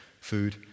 food